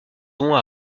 dont